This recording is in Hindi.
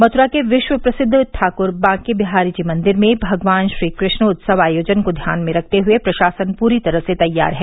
मथ्रा के विश्व प्रसिद्द ठाक्र बांके बिहारी जी मंदिर में भगवान श्रीकृष्ण उत्सव आयोजन को ध्यान में रखते हुए प्रशासन पूरी तरह से तैयार है